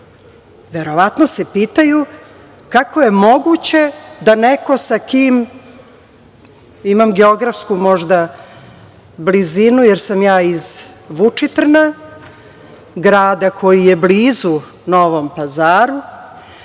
odluke. Verovatno se pitaju kako je moguće da neko sa kim imam geografsku možda blizinu, jer sam ja iz Vučitrna, grada koji je blizu Novom Pazaru,